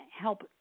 help